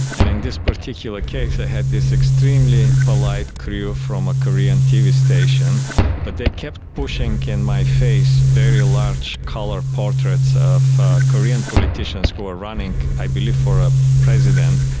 and in this particular case i had this extremely polite crew from a korean tv station but they kept pushing in my face very large colour portraits of korean politicians who were running i believe for ah president,